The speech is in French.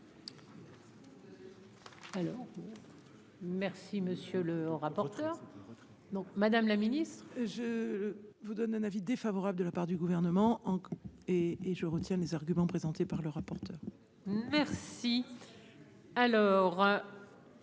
Merci, monsieur le rapporteur, donc Madame la Ministre. Je vous donne un avis défavorable de la part du gouvernement et et je retiens les arguments présentés par le rapporteur. Merci